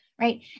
right